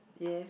yes